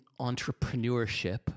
entrepreneurship